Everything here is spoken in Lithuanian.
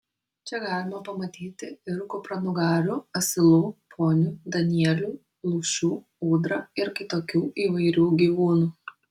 čia galima pamatyti ir kupranugarių asilų ponių danielių lūšių ūdrą ir kitokių įvairių gyvūnų